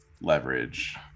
leverage